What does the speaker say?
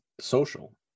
social